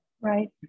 right